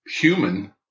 human